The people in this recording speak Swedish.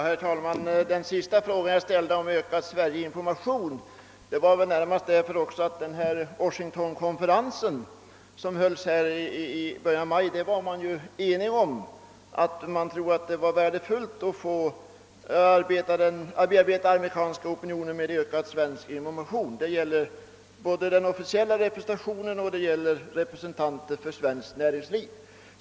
Herr talman! Den sista fråga jag ställde om ökad Sverigeinformation berodde närmast på att man vid Washingtonkonferensen som hölls i början av maj var enig om att det borde vara värdefullt att bearbeta den amerikanska opinionen med ökad information om Sverige. Detta gäller såväl den officiella representationen som representanter för svenskt näringsliv.